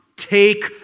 Take